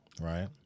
right